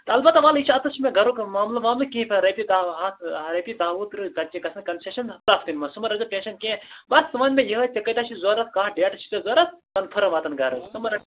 اَلبَتہ وَلہٕ یہِ چھِ اَتَٮ۪س چھِ مےٚ گَرُک وۅنۍ معاملہٕ واملہٕ کیٚنٛہہ پرواے رۄپیہِ دَہ ہَتھ رۄپیہِ دَہ وُہ تٕرٛہ ژَتجی گژھَن کَنسیشَن نا پرٛتھ کُنہِ منٛز سُہ ما رَٹ ژٕ ٹٮ۪نشَن کیٚنٛہہ مگر ژٕ وَن مےٚ یِہَے ژےٚ کٲتیٛاہ چھِ ضروٗرت کَتھ ڈیٹَس چھِ ژےٚ ضروٗرت کَنفٲرٕم واتَن گَرٕ حظ ژٕ مہٕ رٹھ